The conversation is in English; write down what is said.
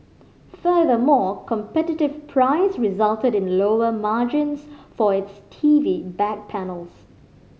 furthermore competitive price resulted in lower margins for its T V back panels